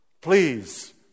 please